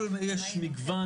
יש מגוון,